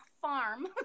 farm